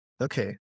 okay